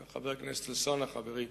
חבר הכנסת אלסאנע, חברי,